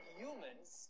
humans